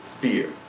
Fear